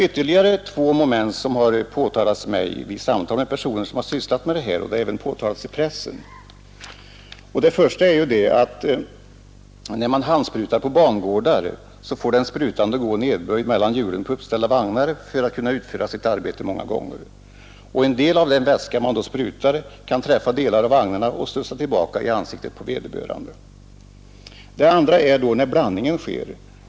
Ytterligare två riskfyllda moment har påtalats av personer som sysslat med detta arbete. Det första är att den sprutande då man handsprutar på bangårdar många gånger får gå nedböjd mellan hjulen på uppställda vagnar för att komma åt att utföra sitt arbete. En del av den vätska han då sprutar kan träffa delar av vagnarna och studsa tillbaka i ansiktet. Det andra är när blandningen sker.